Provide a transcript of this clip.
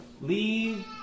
leave